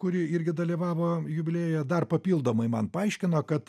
kuri irgi dalyvavo jubiliejuje dar papildomai man paaiškino kad